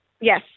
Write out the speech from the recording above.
Yes